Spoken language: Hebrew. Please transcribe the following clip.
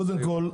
קודם כול,